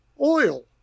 oil